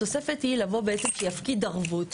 התוספת היא לבוא בעצם שיפקיד ערבות.